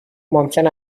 ممکن